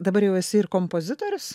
dabar jau esi ir kompozitorius